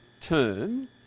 term